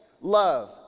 love